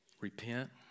repent